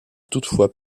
toutefois